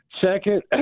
Second